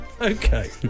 Okay